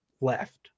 left